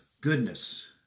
goodness